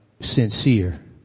sincere